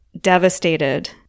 devastated